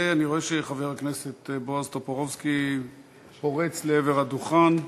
אני רואה שחבר הכנסת בועז טופורובסקי פורץ לעבר הדוכן.